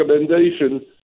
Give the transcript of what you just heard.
recommendation